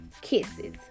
kisses